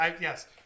Yes